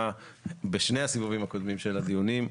בשני הסיבובים הקודמים של הדיונים.